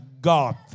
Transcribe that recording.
God